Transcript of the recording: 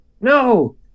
No